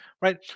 right